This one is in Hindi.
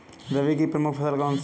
रबी की प्रमुख फसल कौन सी है?